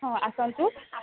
ହଁ ଆସନ୍ତୁ